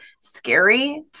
scary